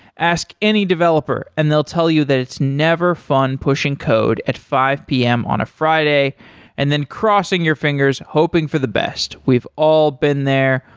ask any developer and they'll tell you that it's never fun pushing code at five p m. on a friday and then crossing your fingers hoping for the best. we've all been there.